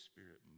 Spirit